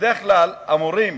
שבדרך כלל אמורים